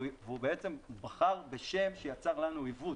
הוא בחר בשם שיצר לנו עיוות.